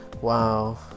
wow